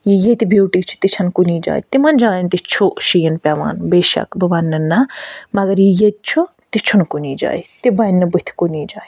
یہِ ییٚتہِ بیوٗٹی چھِ تہِ چھِنہٕ کُنی جایہِ تِمَن جایَن تہِ چھُ شیٖن پٮ۪وان بے شَک بہٕ وَنہٕ نہٕ نہ مگر یہِ ییٚتہِ چھُ تہِ چھُنہٕ کُنی جایہِ تہِ بَنہِ نہٕ بُتھِ کُنی جایہِ